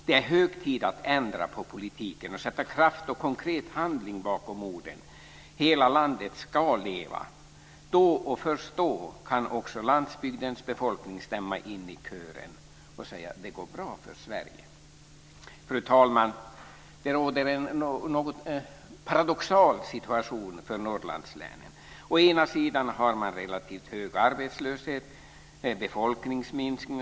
Det är hög tid att ändra på politiken och sätta kraft och konkret handling bakom orden om att hela landet ska leva. Då, och först då, kan också landsbygdens befolkning stämma in i kören och säga: Det går bra för Sverige. Fru talman! Det råder en något paradoxal situation för Norrlandslänen. Å ena sidan har man relativt hög arbetslöshet och befolkningsminskning.